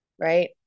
right